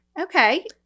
okay